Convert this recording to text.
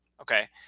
okay